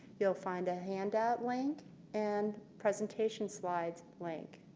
you will find a handout link and presentation slides link.